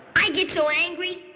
i get so angry.